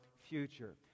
future